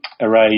array